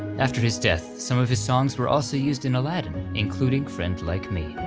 after his death, some of his songs were also used in aladdin, including friend like me.